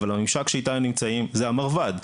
אבל הממשק שאיתו הם נמצאים זה המרב"ד,